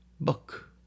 book